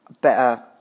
better